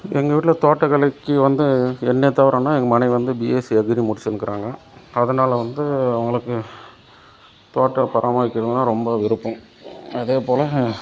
எங்கள் வீட்டில் தோட்ட கலைக்கு வந்து என்ன தவிரனா எங்கள் மனைவி வந்த பிஎஸ்சி அக்ரி முடிச்சுன்ருக்குறாங்க அதனால் வந்து அவங்களுக்கு தோட்டம் பராமரிக்கிறதுனால் ரொம்ப விருப்பம் அதேபோல்